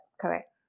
correct